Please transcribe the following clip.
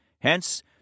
hence